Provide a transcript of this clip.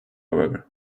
however